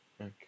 Okay